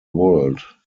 world